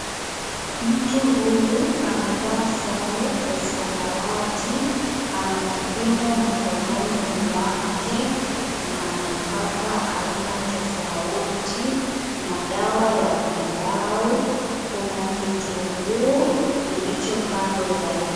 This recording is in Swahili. Mtu huyu amevaa sare ya samawati, ana kipimo mkononi mwake na nafaka aina tofauti na dawa ya pilau, kuna kitunguu kilicho kando yake.